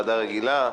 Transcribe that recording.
ועדה רגילה.